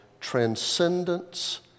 transcendence